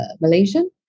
Malaysian